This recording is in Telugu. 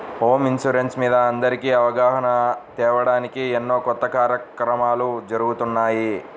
హోమ్ ఇన్సూరెన్స్ మీద అందరికీ అవగాహన తేవడానికి ఎన్నో కొత్త కార్యక్రమాలు జరుగుతున్నాయి